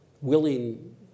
willing